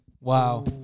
Wow